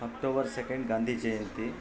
October second Gandhi Jayanti